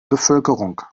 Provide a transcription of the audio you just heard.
bevölkerung